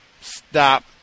stop